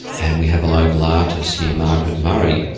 and we have a local artist here, margaret murray,